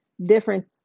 different